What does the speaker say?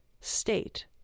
state